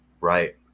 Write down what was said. Right